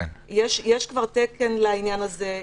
יש כבר תקן לעניין הזה,